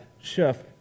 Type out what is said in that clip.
Chef